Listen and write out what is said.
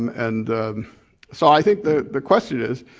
and so i think the the question is